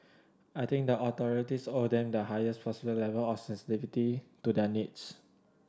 I think the authorities owe them the highest possible level of sensitivity to their needs